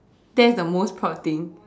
that's the most proud thing